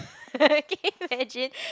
can you imagine